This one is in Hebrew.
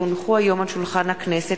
כי הונחו היום על שולחן הכנסת,